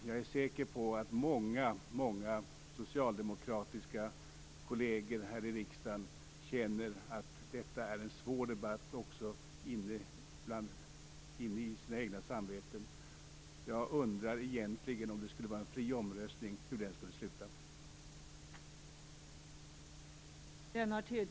Jag är säker på att många socialdemokratiska kolleger här i riksdagen känner att detta är en svår debatt också inne i sina egna samveten. Jag undrar egentligen hur en fri omröstning, om det skulle vara en sådan, skulle sluta.